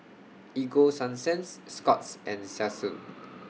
Ego Sunsense Scott's and Selsun